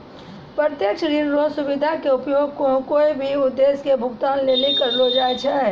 प्रत्यक्ष ऋण रो सुविधा के उपयोग कोय भी उद्देश्य के भुगतान लेली करलो जाय छै